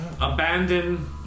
Abandon